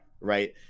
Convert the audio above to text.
right